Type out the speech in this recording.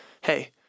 Hey